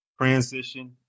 Transition